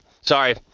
Sorry